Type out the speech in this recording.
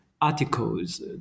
articles